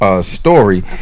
Story